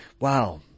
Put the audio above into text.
wow